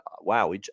Wow